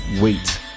wait